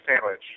sandwich